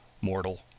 mortal